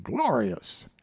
glorious